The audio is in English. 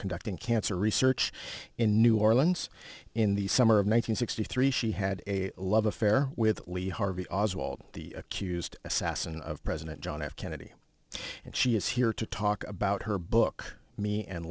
conducting cancer research in new orleans in the summer of one thousand sixty three she had a love affair with lee harvey oswald the accused assassin of president john f kennedy and she is here to talk about her book me and